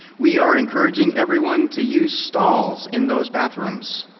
we are encouraging everyone to use stalls in those bathrooms.